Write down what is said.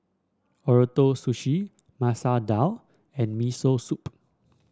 Ootoro Sushi Masoor Dal and Miso Soup